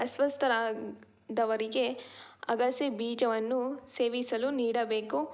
ಅಸ್ವಸ್ಥರಾದವರಿಗೆ ಅಗಸೆ ಬೀಜವನ್ನು ಸೇವಿಸಲು ನೀಡಬೇಕು